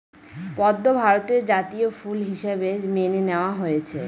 পদ্ম ভারতের জাতীয় ফুল হিসাবে মেনে নেওয়া হয়েছে